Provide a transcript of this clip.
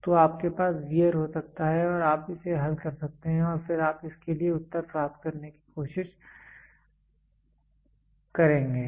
तो आपके पास वेयर हो सकता है आप इसे हल कर सकते हैं और फिर आप इसके लिए उत्तर प्राप्त करने की कोशिश करेंगे